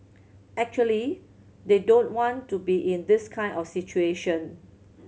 actually they don't want to be in this kind of situation